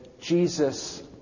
Jesus